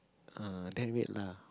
uh then wait lah